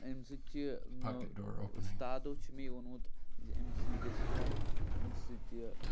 اَمہِ سۭتۍ چھِ نہ اُستادو چھُ مےٚ یہِ ووٚنمُت زِ اَمہِ سۭتۍ یہِ گژھِ کَرُن اَمہِ سۭتۍ یہِ